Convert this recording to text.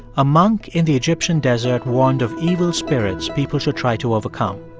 a monk in the egyptian desert warned of evil spirits people should try to overcome.